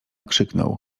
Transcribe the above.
krzyknął